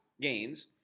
gains